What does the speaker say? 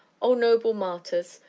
oh, noble martyrs!